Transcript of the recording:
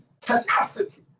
tenacity